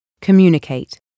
Communicate